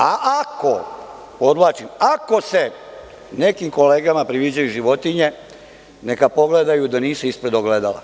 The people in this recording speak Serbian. Ako, podvlačim – ako se nekim kolegama priviđaju životinje neka pogledaju da nisu ispred ogledala.